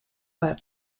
per